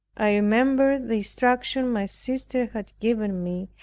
i remembered the instruction my sister had given me,